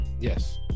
Yes